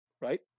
right